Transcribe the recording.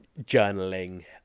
journaling